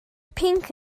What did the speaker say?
pinc